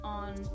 on